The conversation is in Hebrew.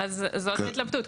זאת ההתלבטות.